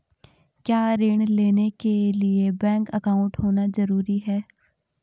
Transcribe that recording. क्या ऋण लेने के लिए बैंक अकाउंट होना ज़रूरी है?